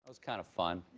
was kind of fun.